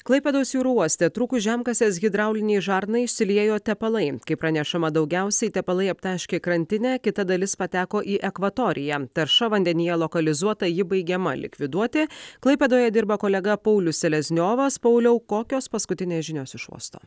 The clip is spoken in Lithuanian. klaipėdos jūrų uoste trūkus žemkasės hidraulinei žarnai išsiliejo tepalai kaip pranešama daugiausiai tepalai aptaškė krantinę kita dalis pateko į ekvatoriją tarša vandenyje lokalizuota ji baigiama likviduoti klaipėdoje dirba kolega paulius selezniovas pauliau kokios paskutinės žinios iš uosto